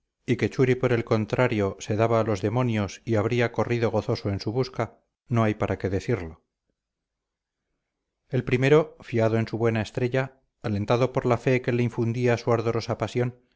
madrid y que churi por el contrario se daba a los demonios y habría corrido gozoso en su busca no hay para qué decirlo el primero fiado en su buena estrella alentado por la fe que le infundía su ardorosa pasión